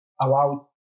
allow